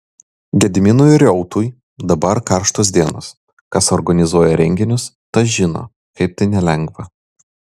gediminui reutui dabar karštos dienos kas organizuoja renginius tas žino kaip tai nelengva